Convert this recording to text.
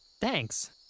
thanks